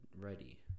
ready